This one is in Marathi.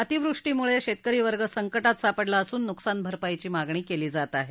अतिवृष्टीमुळे शेतकरी वर्ग संकटात सापडला असून नुकसान भरपाईची मागणी केली जात आहे